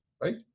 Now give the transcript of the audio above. right